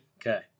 okay